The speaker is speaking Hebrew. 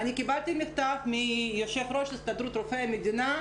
אני קיבלתי מכתב מיושב-ראש הסתדרות רופאי המדינה,